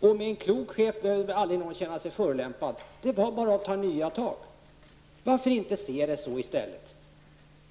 Med en klok chef behövde aldrig någon känna sig förolämpad. Det var bara att ta nya tag. Varför inte se det så i stället.